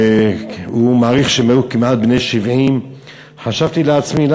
הוא מעריך שהם היו כמעט בני 70. חשבתי לעצמי,